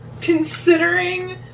Considering